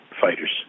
fighters